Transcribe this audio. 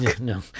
no